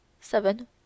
seven